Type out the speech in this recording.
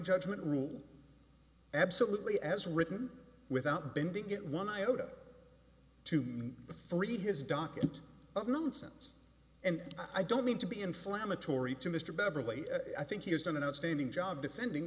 judgment rule absolutely as written without bending it one iota to the three his docket of nonsense and i don't mean to be inflammatory to mr beverley i think he has done an outstanding job defending